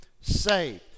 saved